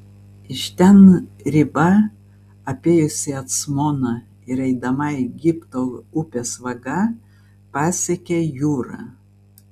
iš ten riba apėjusi acmoną ir eidama egipto upės vaga pasiekia jūrą